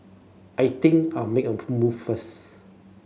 I think I'll make a move first